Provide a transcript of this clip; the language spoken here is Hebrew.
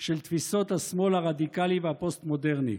של תפיסות השמאל הרדיקלי והפוסט-מודרני.